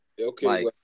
Okay